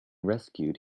rescued